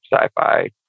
sci-fi